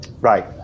right